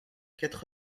quatre